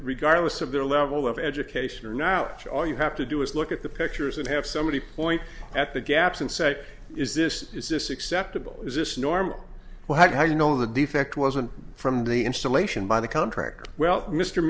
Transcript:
their level of education or now all you have to do is look at the pictures and have somebody point at the gaps and say is this is this acceptable is this normal well how do you know the defect wasn't from the installation by the contract well mr